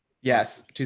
yes